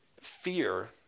Fear